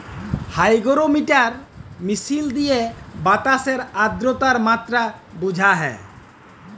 hygrometer মিশিল দিঁয়ে বাতাসের আদ্রতার মাত্রা বুঝা হ্যয়